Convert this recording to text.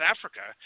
Africa